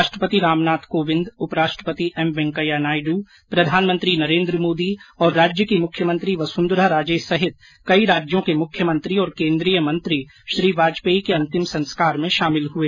राष्ट्रपति रामनाथ कोविंद उप राष्ट्रपति एम वैंकेया नायड् प्रधानमंत्री नरेन्द्र मोदी और राज्य की मुख्यमंत्री वसुंधरा राजे सहित कई राज्यों के मुख्यमंत्री और केन्द्रीय मंत्री श्री वाजपेयी के अंतिम संस्कार में शामिल हुए